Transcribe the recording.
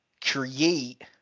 create –